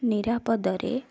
ନିରାପଦରେ